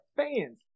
fans